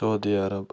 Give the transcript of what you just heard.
Saudi Arab